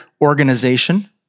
organization